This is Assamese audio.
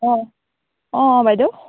অঁ অঁ বাইদেউ